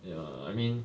ya I mean